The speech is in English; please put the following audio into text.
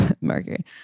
Mercury